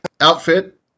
outfit